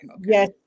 Yes